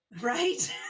Right